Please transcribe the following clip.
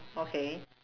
okay